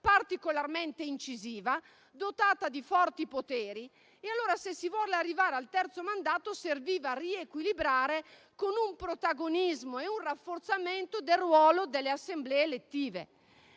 particolarmente incisiva, dotata di forti poteri. Se si vuole arrivare al terzo mandato, serve quindi un riequilibrio, con un protagonismo e un rafforzamento del ruolo delle assemblee elettive.